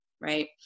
right